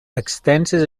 extenses